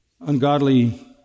ungodly